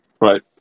Right